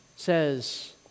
says